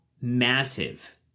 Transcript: massive